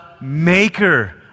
maker